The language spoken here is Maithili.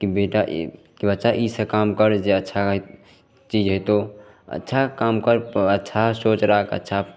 तऽ बेटा ई बच्चा ईसब काम कर जे अच्छा हइ कि अच्छा चीज हेतौ अच्छा काम कर तऽ अच्छा सोच राखऽ अच्छा